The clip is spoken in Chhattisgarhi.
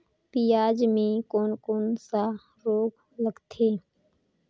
पियाज मे कोन कोन सा रोग लगथे?